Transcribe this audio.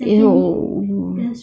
oh